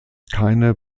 keine